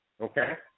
okay